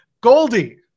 goldie